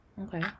okay